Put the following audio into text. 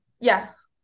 Yes